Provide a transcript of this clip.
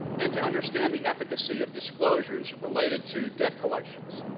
and to understand the efficacy of disclosures related to debt collections.